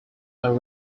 are